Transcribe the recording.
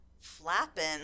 flapping